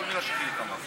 לכל מילה שחיליק אמר.